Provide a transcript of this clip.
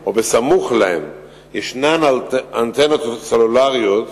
או בסמוך להם יש אנטנות סלולריות,